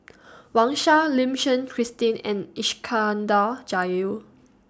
Wang Sha Lim Suchen Christine and Iskandar Jalil